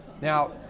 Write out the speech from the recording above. Now